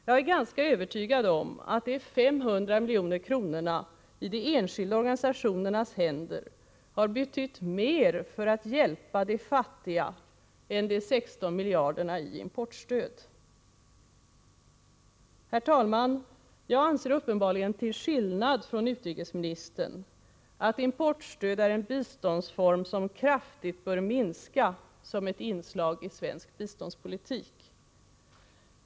Jag är ganska övertygad om att dessa 500 milj.kr. i de enskilda organisationernas händer har betytt mer när det gäller att hjälpa de fattiga än de 16 miljarderna i importstöd. Herr talman! Jag anser, uppenbarligen till skillnad från utrikesministern, att importstöd är en biståndsform som kraftigt bör minska som ett inslag i svenskt biståndspolitik.